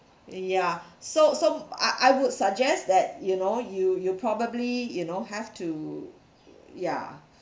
ya so so I I would suggest that you know you you probably you know have to ya